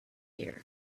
here